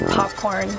Popcorn